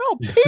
no